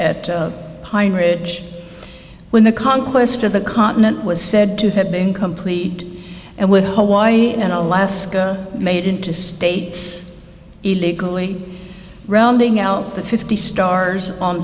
pine ridge when the conquest of the continent was said to have been complete and with hawaii and alaska made into states illegally rounding out the fifty stars on